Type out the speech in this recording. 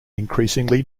increasingly